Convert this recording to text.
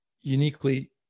uniquely